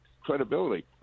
credibility